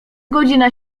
godzina